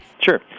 Sure